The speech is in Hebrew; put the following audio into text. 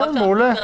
מעולה.